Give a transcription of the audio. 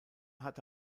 hatte